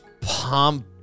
pomp